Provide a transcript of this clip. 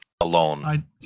alone